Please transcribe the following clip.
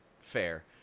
fair